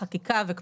אפשר להתנצל, כמי